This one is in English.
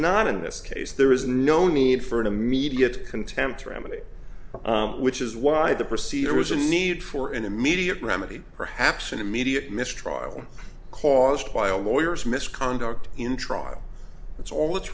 not in this case there is no need for an immediate contempt remedy which is why the procedure was a need for an immediate remedy perhaps an immediate mistrial caused by a lawyers misconduct in trial that's all